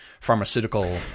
pharmaceutical